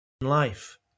life